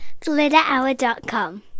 GlitterHour.com